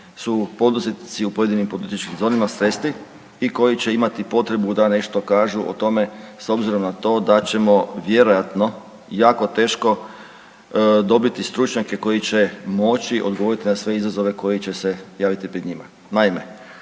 su poduzetnici u pojedinim poduzetničkim zonama sresti i koji će imati potrebu da nešto kažu o tome s obzirom na to da ćemo vjerojatno jako teško dobiti stručnjake koji će moći odgovoriti na sve izazove koji će se javiti pred njima.